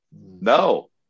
no